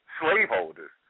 slaveholders